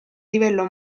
livello